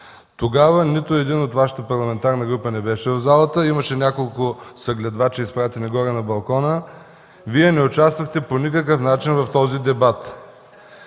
Тогава нито един от Вашата парламентарна група не беше в залата. Имаше няколко съгледвачи, изпратени горе на балкона. Вие не участвахте по никакъв начин в този дебат.